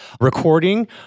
recording